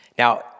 Now